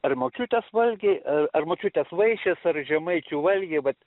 ar močiutės valgiai ar močiutės vaišės ar žemaičių valgiai vat